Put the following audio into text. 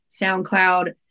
SoundCloud